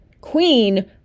Queen